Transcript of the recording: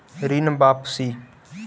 ऋण वापसी?